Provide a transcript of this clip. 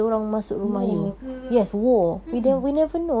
war ke mm mm